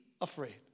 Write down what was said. afraid